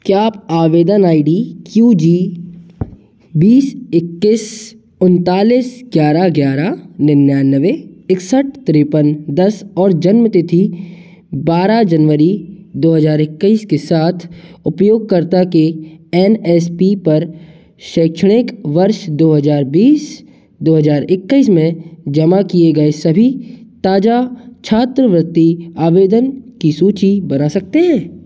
क्या आप आवेदन आई डी क्यू जी दो बीस इक्कीस उनतालीस ग्यारह ग्यारह निन्यानवे इकसठ तिरेपन दस और जन्म तिथि बारह जनवरी दो हज़ार इक्कीस के साथ उपयोगकर्ता के एन एस पी पर शैक्षणिक वर्ष दो हज़ार बीस दो हज़ार इक्कीस में जमा किए गए सभी ताज़ा छात्रवृत्ति आवेदन की सूची बना सकते हैं